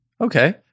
Okay